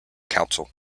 council